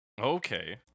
Okay